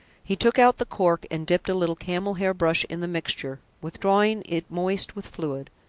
he took out the cork and dipped a little camel-hair brush in the mixture, withdrawing it moist with fluid.